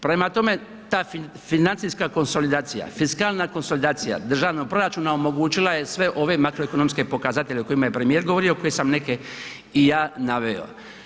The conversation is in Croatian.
Prema tome, ta financijska konsolidacija, fiskalna konsolidacija državnog proračuna omogućila je sve ove makroekonomske pokazatelje o kojima je premijer govorio koje sam neke i ja naveo.